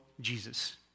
Jesus